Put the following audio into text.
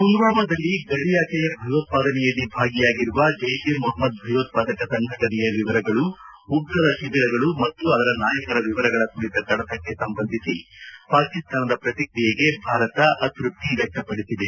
ಪುಲ್ಲಾಮದಲ್ಲಿ ಗಡಿಯಾಚೆಯ ಭಯೋತ್ಪಾದನೆಯಲ್ಲಿ ಭಾಗಿಯಾಗಿರುವ ಜೈಷ್ ಎ ಮೊಹಮ್ಮದ್ ಭಯೋತ್ಸಾದಕ ಸಂಘಟನೆಯ ವಿವರಗಳು ಉಗ್ರರ ಶಿಬಿರಗಳು ಮತ್ತು ಅದರ ನಾಯಕರ ವಿವರಗಳ ಕುರಿತ ಕಡಡಕ್ಕೆ ಸಂಬಂಧಿಸಿ ಪಾಕಿಸ್ತಾನದ ಪ್ರತಿಕ್ರಿಯೆಗೆ ಭಾರತ ಅತ್ಬದ್ತಿ ವ್ಯಕ್ತಪಡಿಸಿದೆ